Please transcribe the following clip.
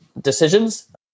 decisions